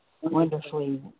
wonderfully